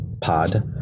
pod